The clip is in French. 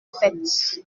faite